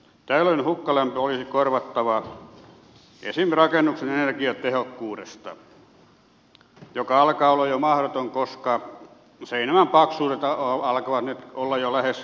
tällöin hukkalämpö olisi korvattava esimerkiksi rakennuksen energiatehokkuudesta mikä alkaa olla jo mahdotonta koska seinämän paksuudet alkavat nyt olla jo lähes metrin luokkaa